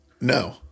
No